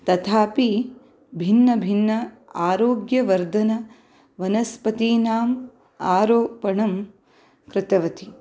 तथापि भिन्नभिन्न आरोग्यवर्धनवनस्पतीनां आरोपणं कृतवती